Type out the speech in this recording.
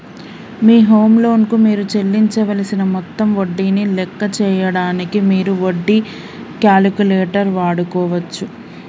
మీ home loan కు మీరు చెల్లించవలసిన మొత్తం వడ్డీని లెక్క చేయడానికి మీరు వడ్డీ క్యాలిక్యులేటర్ వాడుకోవచ్చు